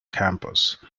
campus